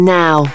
now